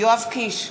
יואב קיש,